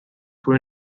were